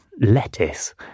lettuce